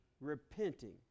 repenting